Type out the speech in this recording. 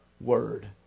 word